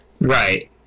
Right